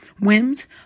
whims